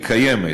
שהיא קיימת